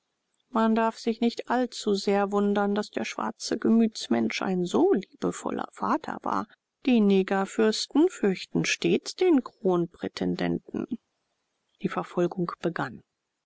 man darf sich nicht allzu sehr wundern daß der schwarze gemütsmensch ein so liebevoller vater war die negerfürsten fürchten stets den kronprätendenten die verfolgung begann